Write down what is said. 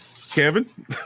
Kevin